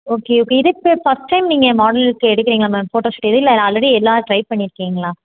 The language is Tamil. ஓகே ஓகே இது இப்போ ஃபஸ்ட் டைம் நீங்கள் மாடலுக்கு எடுக்கிறிங்களா மேம் ஃபோட்டோஷூட்டு இல்லை ஆல்ரெடி எல்லாம் ட்ரை பண்ணியிருக்கீங்களா